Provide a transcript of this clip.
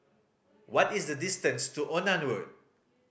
what is the distance to Onan Road